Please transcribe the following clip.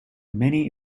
many